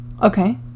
Okay